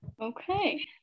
Okay